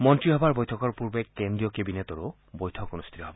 মন্ত্ৰীসভাৰ বৈঠকৰ পূৰ্বে কেন্দ্ৰীয় কেবিনেটৰো বৈঠক অনুষ্ঠিত হ'ব